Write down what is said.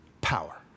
power